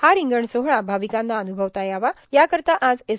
हा रिंगण सोहळा भाविकांना अनुभवता यावा याकरता आज एस